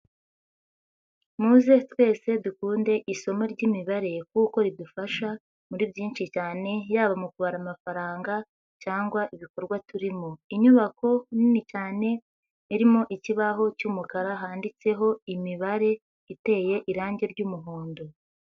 Muze twese dukunde isomo ry'imibare kuko ridufasha muri byinshi cyane, yaba mu kubara amafaranga cyangwa ibikorwa turimo. Inyubako nini cyane irimo ikibaho cy'umukara handitseho imibare. Iteye irangi ry'umuhondo.